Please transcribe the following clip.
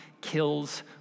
kills